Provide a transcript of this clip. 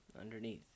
underneath